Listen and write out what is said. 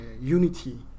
unity